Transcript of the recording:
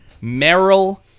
Merrill